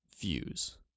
views